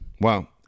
Wow